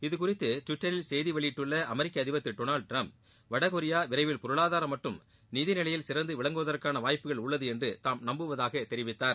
இது குறித்து டிவிட்டரில் செய்தி வெளியிட்டுள்ள அமெரிக்க அதிபர் திரு டொனால்டு டிரம்ப் வடகொரியா விரைவில் பொருளாதாரம் மற்றும் நிதி நிலையில் சிறந்து விளங்குவதற்கான வாய்ப்புகள் உள்ளது என்று தாம் நம்புவதாக தெரிவித்தார்